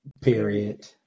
Period